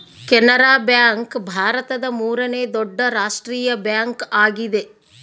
Canara bank ಭಾರತದ ಮೂರನೇ ದೊಡ್ಡ ರಾಷ್ಟ್ರೀಯ ಬ್ಯಾಂಕ್ ಆಗಿದೆ